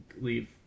leave